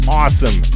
awesome